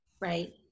right